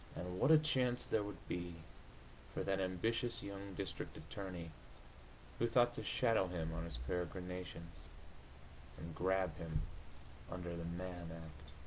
and what a chance there would be for that ambitious young district attorney who thought to shadow him on his peregrinations and grab him under the mann act!